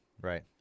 right